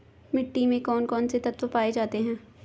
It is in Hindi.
मिट्टी में कौन कौन से तत्व पाए जाते हैं?